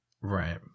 right